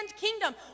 kingdom